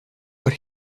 what